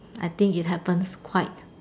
I think it happens quite